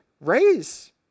Raise